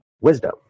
wisdom